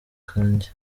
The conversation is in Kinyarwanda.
kanjye